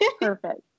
perfect